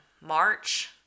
March